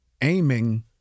aiming